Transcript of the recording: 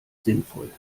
sinnvoll